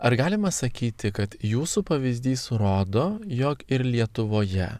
ar galima sakyti kad jūsų pavyzdys rodo jog ir lietuvoje